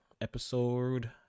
episode